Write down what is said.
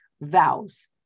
vows